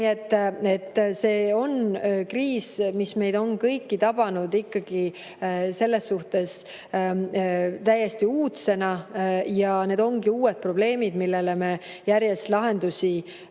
see on kriis, mis meid kõiki on tabanud ikkagi selles suhtes täiesti uudsena. Ja need ongi uued probleemid, millele me järjest lahendusi